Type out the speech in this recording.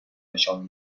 نشان